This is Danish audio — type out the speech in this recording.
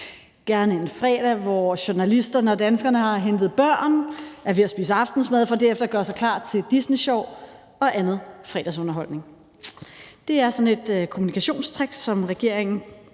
gerne en fredag, hvor journalisterne og danskerne har hentet børn og er ved at spise aftensmad for derefter at gøre klar til Disney Sjov og anden fredagsunderholdning. Det var sådan et kommunikationstrick, som regeringen